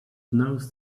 knows